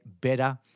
better